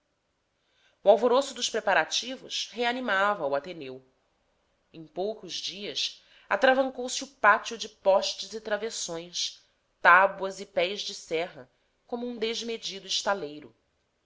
o alvoroço dos preparativos reanimava o ateneu em poucos dias atravancou se o pátio de postes e travessões tábuas e pés de serra como um desmedido estaleiro